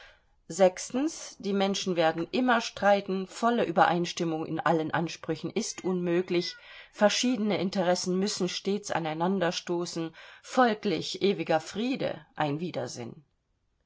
die menschen werden immer streiten volle übereinstimmung in allen ansprüchen ist unmöglich verschiedene interessen müssen stets aneinanderstoßen folglich ewiger friede ein